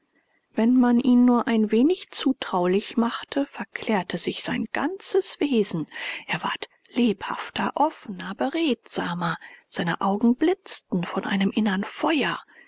wenn man ihn nur ein wenig zutraulich machte verklärte sich sein ganzes wesen er ward lebhafter offener beredsamer seine augen blitzten von einem innern feuer